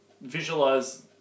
visualize